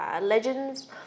legends